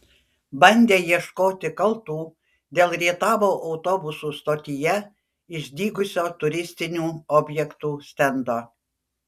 bandė ieškoti kaltų dėl rietavo autobusų stotyje išdygusio turistinių objektų stendo